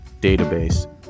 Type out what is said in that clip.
database